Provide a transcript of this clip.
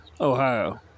Ohio